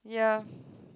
yeah